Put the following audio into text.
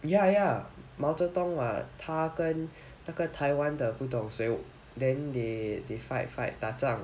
ya ya 毛泽东 what 他跟那个 taiwan 的那个不懂谁 then they they fight fight 打战